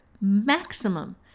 maximum